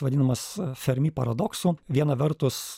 vadinamas fermi paradoksu viena vertus